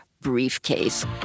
briefcase